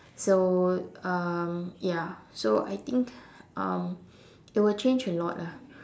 so um ya so I think um it will change a lot lah